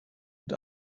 und